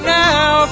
now